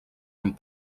amb